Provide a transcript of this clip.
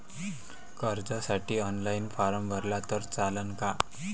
कर्जसाठी online form भरला तर चालन का?